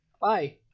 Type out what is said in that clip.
Bye